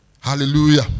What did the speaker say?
Hallelujah